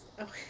Okay